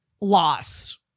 loss